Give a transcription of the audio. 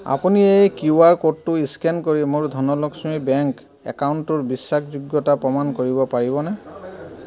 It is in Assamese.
আপুনি এই কিউ আৰ ক'ডটো স্কেন কৰি মোৰ ধনলক্ষ্মী বেংক একাউণ্টটোৰ বিশ্বাসযোগ্যতা প্ৰমাণ কৰিব পাৰিবনে